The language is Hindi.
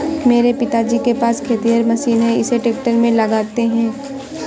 मेरे पिताजी के पास खेतिहर मशीन है इसे ट्रैक्टर में लगाते है